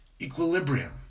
equilibrium